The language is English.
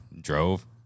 drove